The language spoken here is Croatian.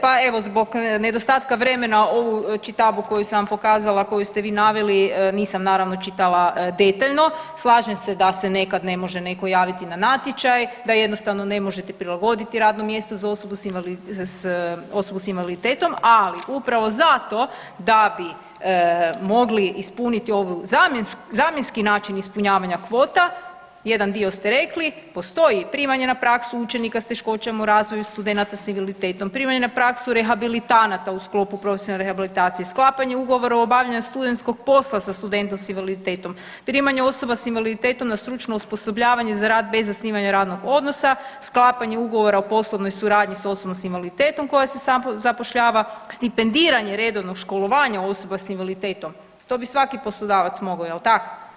Pa evo, zbog nedostatka vremena ovu čitabu koju sam vam pokazala koju ste vi naveli, nisam naravno čitala detaljno, slažem se da se nekad ne može netko javiti na natječaj, da jednostavno ne možete prilagoditi radno mjesto za osobu s invaliditetom, ali upravo zato da bi mogli ispuniti ovu zamjenski način ispunjavanja kvota, jedan dio ste rekli, postoji primanje na praksu učenika s teškoćama u razvoju, studenata s invaliditetom, primanje na praksu rehabilitanata u sklopu profesionalne rehabilitacije, sklapanje ugovora o obavljaju studenskog posla sa studentom s invaliditetom, primanje osoba s invaliditetom na stručno osposobljavanje za rad bez zasnivanja radnog odnosa, sklapanje ugovora o poslovnoj suradnji s osobom s invaliditetom koja se zapošljava, stipendiranje redovnog školovanja osoba s invaliditetom, to bi svaki poslodavac mogao, je l' tak?